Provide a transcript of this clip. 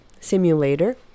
simulator